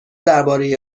درباره